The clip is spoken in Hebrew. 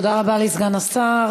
תודה רבה לסגן השר